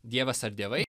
dievas ar dievai